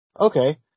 Okay